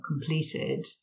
completed